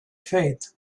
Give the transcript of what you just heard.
faith